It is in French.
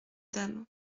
dames